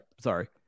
Sorry